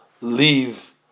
leave